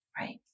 Right